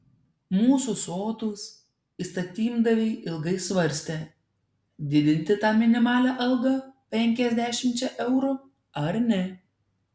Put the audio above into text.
mūsų sotūs įstatymdaviai ilgai svarstė didinti tą minimalią algą penkiasdešimčia eurų ar ne